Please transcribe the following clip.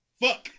Fuck